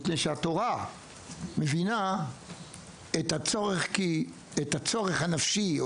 מפני שהתורה מבינה את הצורך הנפשי,